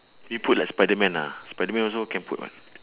we put like spiderman ah spiderman also can put [what]